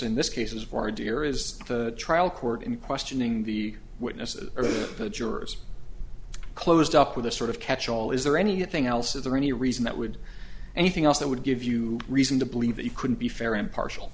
in this cases where a deer is the trial court in questioning the witnesses or the jurors closed up with a sort of catchall is there anything else is there any reason that would anything else that would give you reason to believe that you could be fair impartial